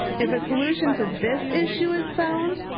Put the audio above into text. if a solution to this issue is found,